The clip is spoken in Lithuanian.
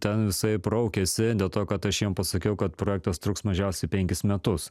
ten visaip raukėsi dėl to kad aš jiem pasakiau kad projektas truks mažiausiai penkis metus